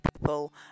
people